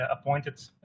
appointed